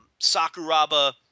Sakuraba